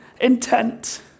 intent